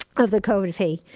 of the covid fee,